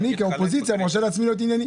איך הוא לא מביא את התיקון